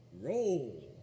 Roll